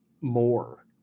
more